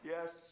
Yes